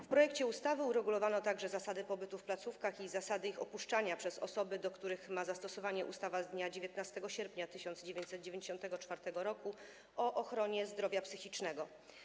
W projekcie ustawy uregulowano także zasady pobytu w placówkach i zasady ich opuszczania przez osoby, do których ma zastosowanie ustawa z dnia 19 sierpnia 1994 r. o ochronie zdrowia psychicznego.